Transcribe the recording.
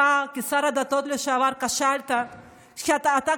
אתה כשר הדתות לשעבר כשלת בתפקידך,